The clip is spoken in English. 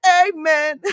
amen